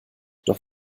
doch